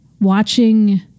watching